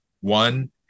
one